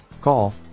Call